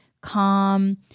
calm